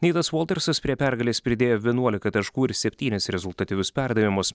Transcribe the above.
neitas voltersas prie pergalės pridėjo vienuolika taškų ir septynis rezultatyvius perdavimus